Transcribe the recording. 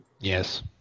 yes